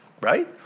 right